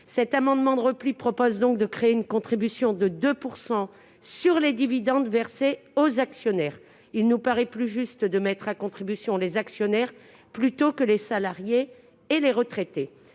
Cet amendement de repli vise donc à créer une contribution de 2 % sur les dividendes versés aux actionnaires. Il nous paraît juste de mettre à contribution les actionnaires plutôt que les salariés et les retraités,